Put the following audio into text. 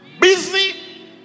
busy